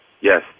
Yes